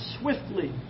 swiftly